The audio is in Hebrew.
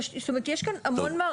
טוב.